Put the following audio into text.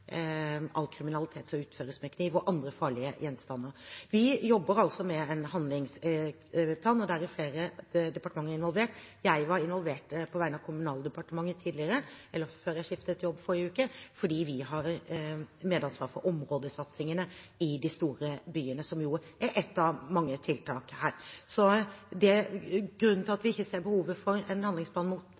jobber altså med en handlingsplan, og flere departementer er involvert. Jeg var tidligere involvert på vegne av Kommunaldepartementet, før jeg skiftet jobb i forrige uke, fordi det har medansvar for områdesatsingene i de store byene, som er ett av mange tiltak her. Grunnen til at vi ikke ser behovet for en handlingsplan mot